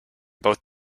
both